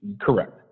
Correct